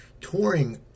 touring